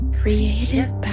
creative